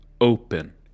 open